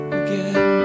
again